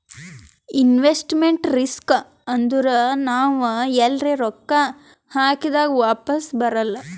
investment risk ಅಂದುರ್ ನಾವ್ ಎಲ್ರೆ ರೊಕ್ಕಾ ಹಾಕ್ದಾಗ್ ವಾಪಿಸ್ ಬರಲ್ಲ